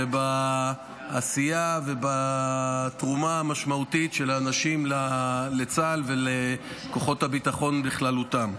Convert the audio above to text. בעשייה ובתרומה המשמעותית של הנשים לצה"ל ולכוחות הביטחון בכללותם.